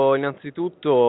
innanzitutto